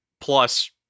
plus